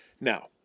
Now